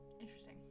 interesting